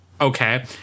okay